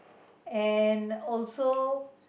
and also